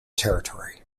territory